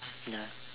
ya